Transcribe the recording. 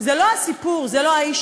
זה לא הסיפור, זה לא ה-issue.